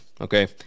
Okay